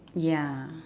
ya